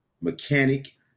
mechanic